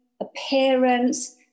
appearance